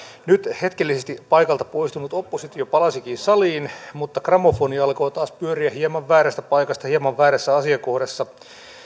nyt hetkellisesti paikalta poistunut oppositio palasikin saliin mutta gramofoni alkoi taas pyöriä hieman väärästä paikasta hieman väärässä asiakohdassa